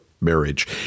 marriage